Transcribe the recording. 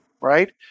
right